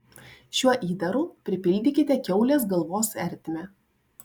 šiuo įdaru pripildykite kiaulės galvos ertmę